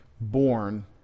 born